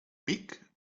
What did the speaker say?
pic